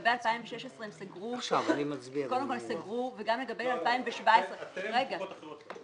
לגבי 2016 סגרו וגם לגבי 2017. אתם אבל לא קופות אחרות.